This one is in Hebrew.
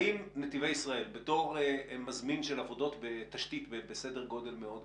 האם נתיבי ישראל כמזמין של עבודות תשתית בסדר גודל מאוד גדול,